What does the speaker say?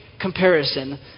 comparison